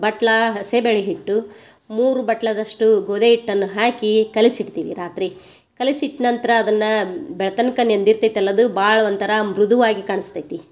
ಬಟ್ಲಾ ಹಸೆ ಬ್ಯಾಳಿ ಹಿಟ್ಟು ಮೂರು ಬಟ್ಲದಷ್ಟು ಗೋದಿ ಹಿಟ್ಟನ್ನು ಹಾಕಿ ಕಲಸಿಡ್ತೀವಿ ರಾತ್ರಿ ಕಲಿಸಿಟ್ಟ ನಂತರ ಅದನ್ನ ಬೆಳತನ್ಕ ನೆಂದಿರ್ತೈತಲ್ಲದು ಭಾಳ ಒಂಥರ ಮೃದುವಾಗಿ ಕಾಣಸ್ತೈತಿ